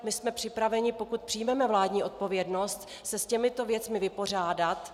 My jsme připraveni, pokud přijmeme vládní odpovědnost, se s těmito věcmi vypořádat.